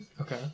Okay